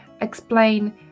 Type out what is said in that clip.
explain